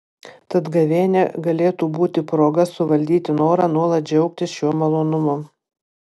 tad gavėnia galėtų būti proga suvaldyti norą nuolat džiaugtis šiuo malonumu